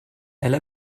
elle